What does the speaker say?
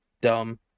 dumb